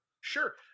Sure